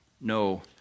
no